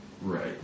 Right